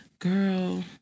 Girl